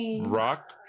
rock